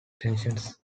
tensions